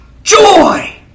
Joy